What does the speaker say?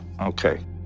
Okay